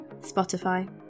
Spotify